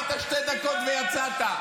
היית שתי דקות ויצאת.